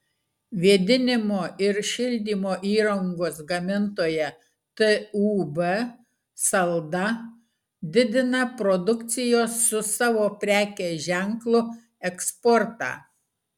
vėdinimo ir šildymo įrangos gamintoja tūb salda didina produkcijos su savo prekės ženklu eksportą